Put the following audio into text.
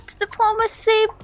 diplomacy